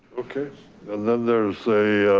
okay and then there's a,